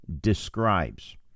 describes